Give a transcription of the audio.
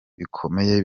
bikomeye